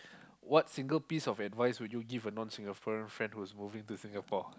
what single piece of advice would you give a non Singaporean friend who is moving to Singapore